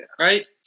right